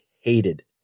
hated